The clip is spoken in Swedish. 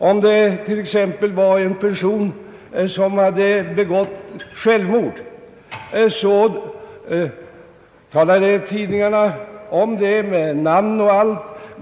Om en person t.ex. hade begått självmord, talade tidningarna om det med namn och allt.